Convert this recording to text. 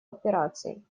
операций